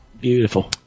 Beautiful